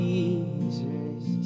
Jesus